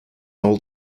old